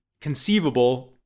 conceivable